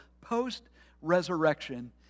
post-resurrection